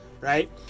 right